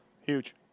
Huge